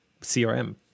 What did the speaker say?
CRM